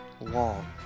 long